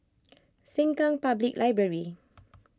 Sengkang Public Library